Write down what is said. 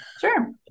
Sure